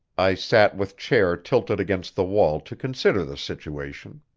i sat with chair tilted against the wall to consider the situation.